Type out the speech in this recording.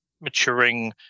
maturing